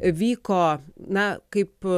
vyko na kaip